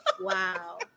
Wow